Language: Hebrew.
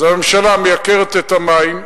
אז הממשלה מייקרת את המים,